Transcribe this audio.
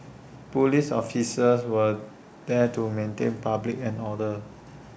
Police officers were there to maintain public order